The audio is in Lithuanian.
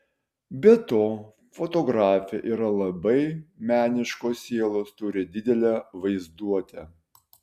be to fotografė yra labai meniškos sielos turi didelę vaizduotę